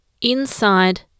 inside